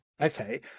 Okay